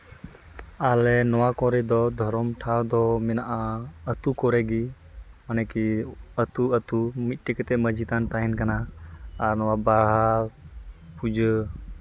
ᱟᱞᱮ ᱱᱚᱣᱟ ᱠᱚᱨᱮ ᱫᱚ ᱫᱷᱚᱨᱚᱢ ᱴᱷᱟᱶ ᱫᱚ ᱢᱮᱱᱟᱜᱼᱟ ᱟᱹᱛᱩ ᱠᱚᱨᱮ ᱜᱮ ᱢᱟᱱᱮᱠᱤ ᱟᱹᱛᱩ ᱟᱹᱛᱩ ᱢᱤᱫᱴᱮᱡ ᱠᱟᱛᱮᱫ ᱢᱟᱺᱡᱷᱤ ᱛᱷᱟᱱ ᱛᱟᱦᱮᱱ ᱠᱟᱱᱟ ᱟᱨ ᱱᱚᱣᱟ ᱵᱟᱦᱟ ᱯᱩᱡᱟᱹ